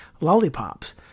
lollipops